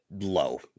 low